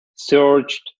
searched